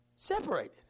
Separated